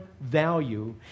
value